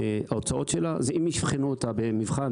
ההוצאות שלה זה אם יבחנו אותה במבחן